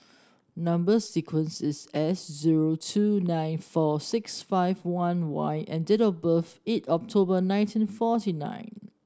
number sequence is S zero two nine four six five one Y and date of birth eight October nineteen forty nine